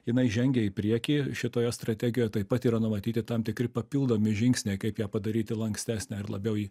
jinai žengia į priekį šitoje strategijoj taip pat yra numatyti tam tikri papildomi žingsniai kaip ją padaryti lankstesne labiau į